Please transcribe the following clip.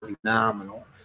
phenomenal